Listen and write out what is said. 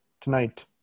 Tonight